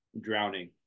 drowning